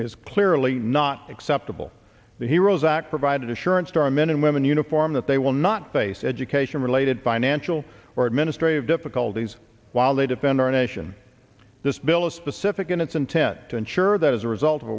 is clearly not acceptable the heroes act provided assurance to our men and women in uniform that they will not face education related financial or administrative difficulties while they defend our nation this bill is specific in its intent to ensure that as a result of